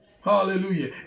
Hallelujah